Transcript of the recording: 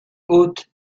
haute